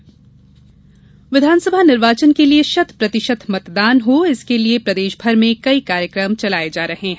SVEEP अभियान विघानसभा निर्वाचन के लिए शत प्रतिशत मतदान हो इसके लिये प्रदेशमर में कई कार्यक्रम चलाए जा रहे हैं